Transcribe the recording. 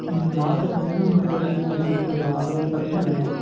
ம் மாத்தரை சரி இல்லைனா குல்கோஸ்ஸு ஊசிலாம் போட்டுக்கலாம் அது ஒன்றும் பிரச்சனை இல்லைங்க